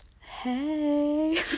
hey